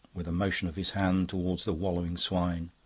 with a motion of his hand towards the wallowing swine.